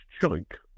chunk